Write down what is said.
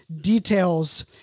details